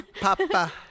Papa